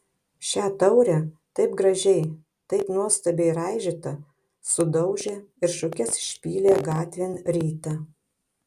šią taurę taip gražiai taip nuostabiai raižytą sudaužė ir šukes išpylė gatvėn rytą